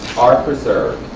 are preserved.